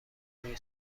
روی